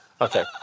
Okay